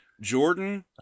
Jordan